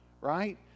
right